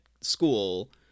school